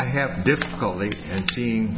i have difficulty seeing